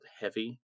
heavy